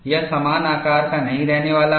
यह समान आकार का नहीं रहने वाला है